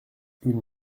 une